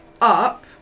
up